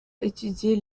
étudier